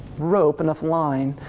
rope, enough line,